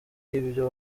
ibyo